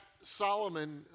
Solomon